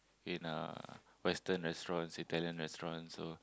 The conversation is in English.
in uh Western restaurants Italian restaurants so